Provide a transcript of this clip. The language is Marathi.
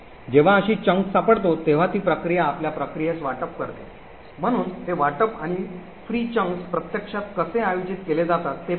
जेव्हा अशी चंक सापडतो तेव्हा ती प्रक्रिया आपल्या प्रक्रियेस वाटप करते म्हणून हे वाटप आणि मुक्त भाग प्रत्यक्षात कसे आयोजित केले जातात ते पाहू